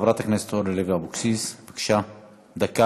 חברת הכנסת אורלי לוי אבקסיס, בבקשה, דקה.